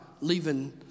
leaving